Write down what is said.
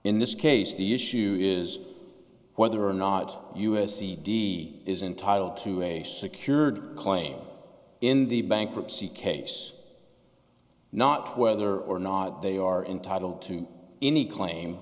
in this case the issue is whether or not us c d is entitled to a secured claim in the bankruptcy case not whether or not they are entitled to any claim